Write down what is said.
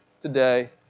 today